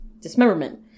dismemberment